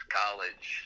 college